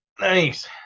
Nice